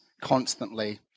constantly